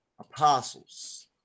apostles